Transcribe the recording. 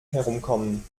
herumkommen